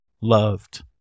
loved